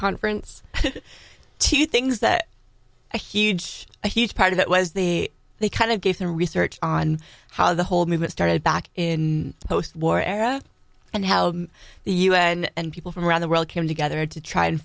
conference two things that a huge huge part of it was they they kind of gave their research on how the whole movement started back in the post war era and how the u n and people from around the world came together to try and